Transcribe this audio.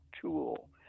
tool